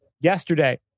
yesterday